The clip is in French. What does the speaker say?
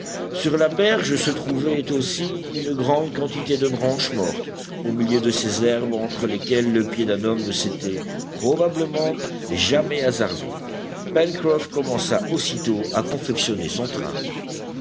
sur la berge se trouvait aussi une grande quantité de branches mortes au milieu de ces herbes entre lesquelles le pied d'un homme ne s'était probablement jamais hasardé pencroff commença aussitôt à confectionner son train